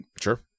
sure